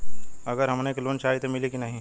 अगर हमके लोन चाही त मिली की ना?